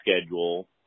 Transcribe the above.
schedule